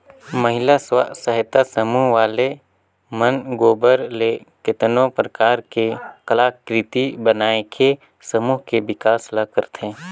महिला स्व सहायता समूह वाले मन गोबर ले केतनो परकार के कलाकृति बनायके समूह के बिकास ल करथे